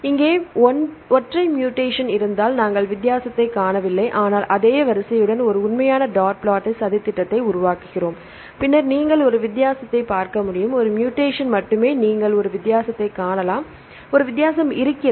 இங்கே ஒற்றை மூடேசன் இருந்தால் நாங்கள் வித்தியாசத்தைக் காணவில்லை ஆனால் அதே வரிசையுடன் ஒரு உண்மையான டாட் பிளாட்டை சதித்திட்டத்தை உருவாக்குகிறோம் பின்னர் நீங்கள் ஒரு வித்தியாசத்தை நீங்கள் பார்க்க முடியும் ஒரு மூடேசன் மட்டுமே நீங்கள் ஒரு வித்தியாசத்தைக் காணலாம் ஒரு வித்தியாசம் இருக்கிறது